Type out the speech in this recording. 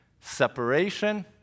separation